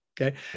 okay